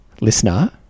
listener